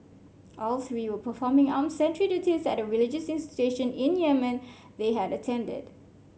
all three were performing armed sentry duties at religious institution in Yemen they had attended